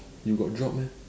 you got drop meh